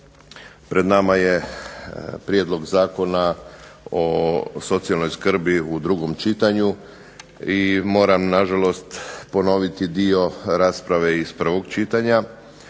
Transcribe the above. Pred nama je Prijedlog zakona o socijalnoj skrbi u drugom čitanju i moram na žalost ponoviti dio rasprave iz prvog čitanja,